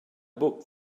book